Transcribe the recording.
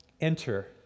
enter